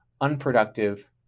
unproductive